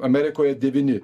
amerikoje devyni